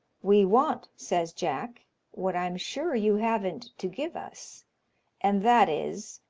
we want, says jack what i'm sure you haven't to give us and that is,